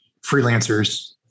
freelancers